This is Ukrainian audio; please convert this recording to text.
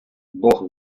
бог